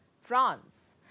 France